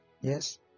yes